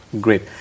great